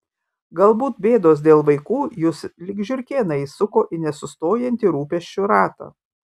galbūt bėdos dėl vaikų jus lyg žiurkėną įsuko į nesustojantį rūpesčių ratą